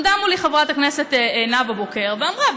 עמדה מולי חברת הכנסת נאוה בוקר ואמרה,